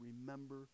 remember